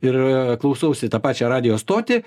ir klausausi tą pačią radijo stotį